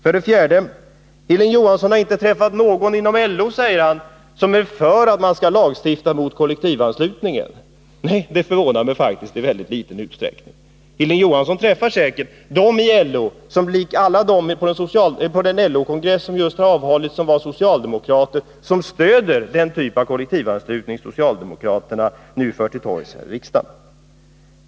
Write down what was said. För det fjärde: Hilding Johansson har inte träffat någon inom LO, säger han, som är för att man skall lagstifta mot kollektivanslutningen. Det förvånar mig faktiskt inte alls. Hilding Johansson träffar säkert bara dem i LO som — i likhet med alla socialdemokraterna på den LO-kongress som just har hållits — stöder den typ av kollektivanslutning som socialdemokraterna nu talar sig varma för i riksdagen.